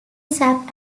sap